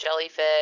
jellyfish